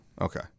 Okay